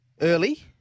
early